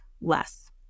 less